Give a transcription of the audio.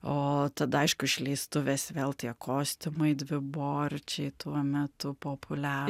o tada aišku išleistuvės vėl tie kostiumai dviborčiai tuo metu populiar